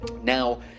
Now